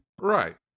Right